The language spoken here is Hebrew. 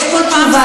לא, יש פה תשובה.